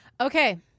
okay